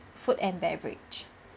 food and beverage